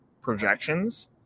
projections